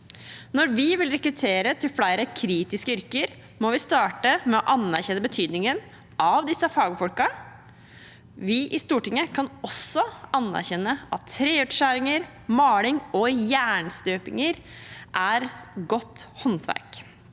Når vi vil rekruttere til flere kritiske yrker, må vi starte med å anerkjenne betydningen av disse fagfolkene. Vi i Stortinget kan også anerkjenne at treutskjæringer, maling og jernstøpinger er godt håndverk.